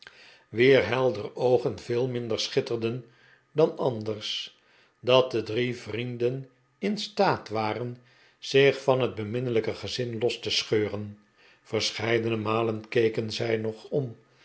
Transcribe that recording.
oogen veel minder schitterden dan anders dat de drie vrienden in staat waren zich van het beminnelijke gezin los te scheuren verscheidene malen keken zij nog om